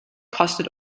kostet